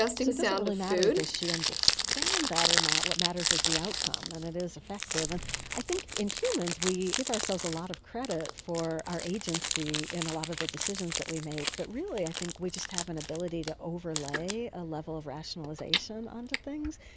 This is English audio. so it doesn't really matter does she understand that or not, what matters is the outcome and it is effective. and i think in humans we give ourselves a lot of credit for our agency in a lot of the decisions that we make, but really i think we just have an ability to overlay a level of rationalisation onto things.